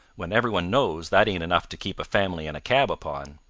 when every one knows that ain't enough to keep a family and a cab upon.